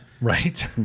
Right